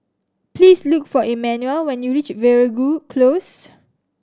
please look for Emmanuel when you reach Veeragoo Close